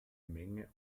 menge